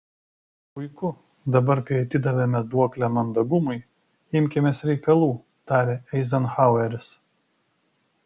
puiku dabar kai atidavėme duoklę mandagumui imkimės reikalų tarė eizenhaueris